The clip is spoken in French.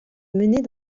menés